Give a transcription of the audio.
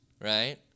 right